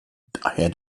daher